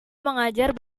mengajar